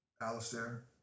Alistair